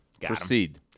Proceed